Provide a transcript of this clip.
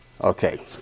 Okay